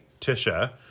tisha